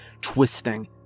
twisting